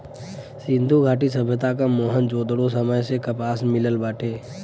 सिंधु घाटी सभ्यता क मोहन जोदड़ो समय से कपास मिलल बाटे